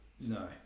No